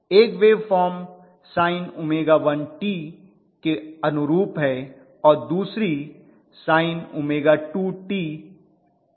एक wave form sin𝝎1t के अनुरूप है और दूसरी sin𝝎2t अनुरूप है